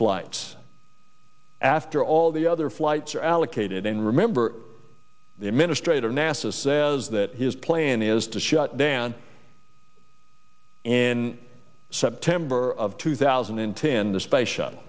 flights after all the other flights are allocated in remember the administrator nasa says that his plan is to shut down in september of two thousand and ten the space shuttle